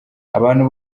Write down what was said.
abantu